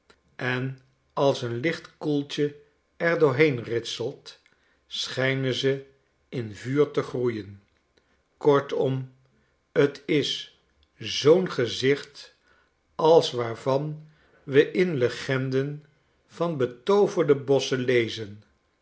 en als een licht koeltje er doorheen ritselt schijnen ze in vuur te groeien kortom t is zoo'n gezicht als waarvan we in legenden van betooverde bosschen lezen